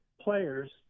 players